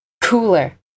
cooler